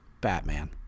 Batman